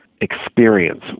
experience